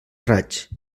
raig